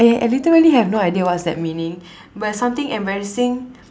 eh I literally have no idea what's that meaning but something embarrassing